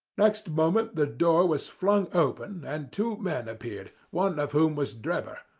next moment the door was flung open and two men appeared, one of whom was drebber,